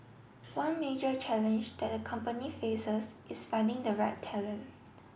one major challenge that the company faces is finding the right talent